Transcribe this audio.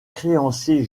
créanciers